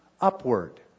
upward